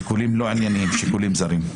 יש שיקולים לא ענייניים, שיקולים זרים.